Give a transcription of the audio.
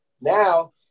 Now